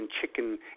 Chicken